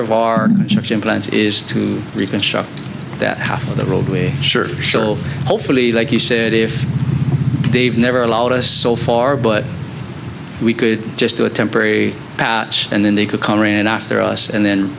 of our implants is to reconstruct that half of the old way sure sure hopefully like you said if they've never allowed us so far but we could just do a temporary patch and then they could and after us and then